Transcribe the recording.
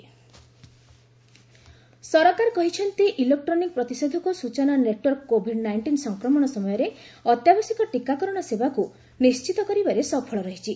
ଇ VIN immunisation ସରକାର କହିଛନ୍ତି electronic ପ୍ରତିଷେଧକ ସୂଚନା ନେଟ୍ୱର୍କ କୋଭିଡ୍ ନାଇଷ୍ଟିନ୍ ସଂକ୍ରମଣ ସମୟରେ ଅତ୍ୟାବଶ୍ୟକ ଟୀକାକରଣ ସେବାକୁ ନିଶ୍ଚିତ କରିବାରେ ସଫଳ ରହିଛି